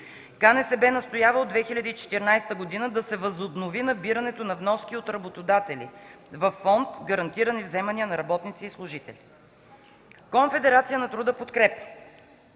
КНСБ настоява от 2014 г. да се възобнови набирането на вноски от работодатели във Фонд „Гарантирани вземания на работници и служители”. Конфедерацията на труда „Подкрепа”